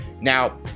now